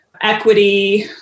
equity